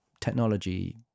technology